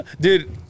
Dude